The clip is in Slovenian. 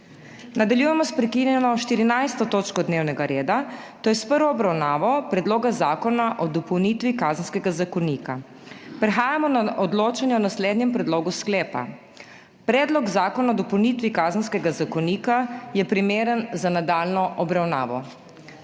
Nadaljujemo s prekinjeno 14. točko dnevnega reda, to je s prvo obravnavo Predloga zakona o dopolnitvi Kazenskega zakonika. Prehajamo na odločanje o naslednjem predlogu sklepa: Predlog zakona o dopolnitvi Kazenskega zakonika je primeren za nadaljnjo obravnavo.